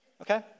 okay